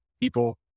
people